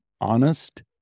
Honest